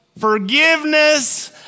forgiveness